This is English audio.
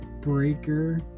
Breaker